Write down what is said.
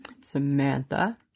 Samantha